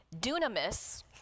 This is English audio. Dunamis